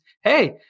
hey